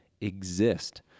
exist